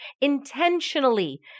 Intentionally